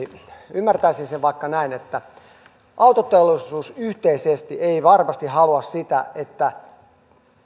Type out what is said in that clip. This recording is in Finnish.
ymmärtäisin vaikka näin että autoteollisuus yhteisesti ei varmasti halua sitä että